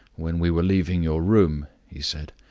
when we were leaving your room, he said.